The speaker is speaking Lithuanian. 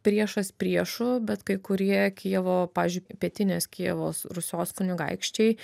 priešas priešu bet kai kurie kijevo pavyzdžiui pietinės kijevo rusios kunigaikščiai